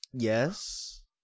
Yes